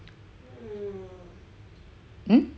mm